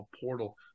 portal